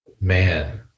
man